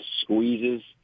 squeezes